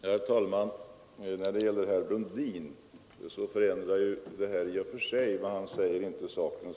Herr talman! Det herr Brundin sade i sitt senaste inlägg förändrar i och för sig inte saken.